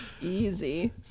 Easy